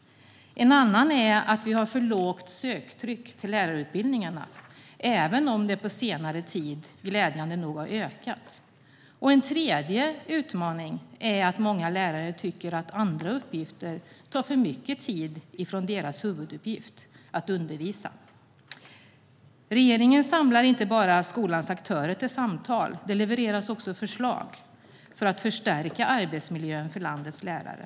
En annan utmaning är att vi har för lågt söktryck till lärarutbildningarna, även om det på senare tid glädjande nog har ökat. En tredje utmaning är att många lärare tycker att andra uppgifter tar för mycket tid från deras huvuduppgift, att undervisa. Regeringen samlar inte bara skolans aktörer till samtal, det levereras också förslag för att förstärka arbetsmiljön för landets lärare.